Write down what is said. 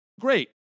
Great